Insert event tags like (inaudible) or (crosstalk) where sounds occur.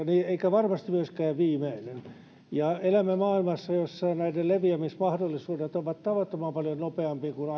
eikä varmasti myöskään viimeinen elämme maailmassa jossa näiden leviämismahdollisuudet ovat tavattoman paljon nopeampia kuin (unintelligible)